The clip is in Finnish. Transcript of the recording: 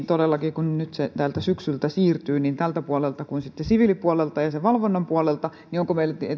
todellakin kun nyt se tältä syksyltä siirtyy niin tältä puolelta kuin sitten siviilipuolelta ja ja sen valvonnan puolelta niin onko meillä